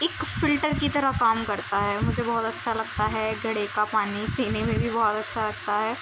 ایک فلٹر کی طرح کام کرتا ہے مجھے بہت اچھا لگتا ہے گھڑے کا پانی پینے میں بھی بہت اچھا لگتا ہے